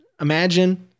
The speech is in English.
imagine